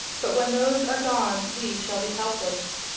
but when those are gone we shall be helpless.